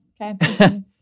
Okay